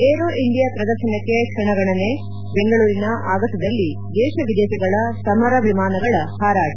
aero India ಪ್ರದರ್ಶನಕ್ಕೆ ಕ್ಷಣಗಣನೆ ಬೆಂಗಳೂರಿನ ಆಗಸದಲ್ಲಿ ದೇಶ ವಿದೇಶಗಳ ಸಮರ ವಿಮಾನಗಳ ಹಾರಾಟ